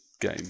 game